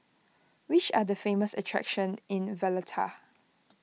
which are the famous attractions in Valletta